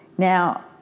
Now